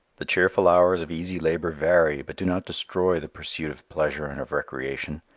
the cheerful hours of easy labor vary but do not destroy the pursuit of pleasure and of recreation.